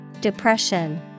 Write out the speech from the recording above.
Depression